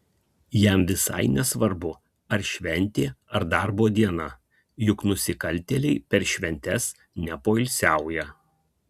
jam visai nesvarbu ar šventė ar darbo diena juk nusikaltėliai per šventes nepoilsiauja